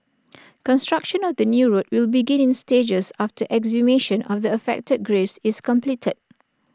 construction of the new road will begin in stages after exhumation of the affected graves is completed